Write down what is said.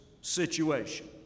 situation